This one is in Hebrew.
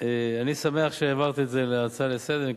אני שמח שהעברת את זה להצעה לסדר-היום,